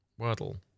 Wordle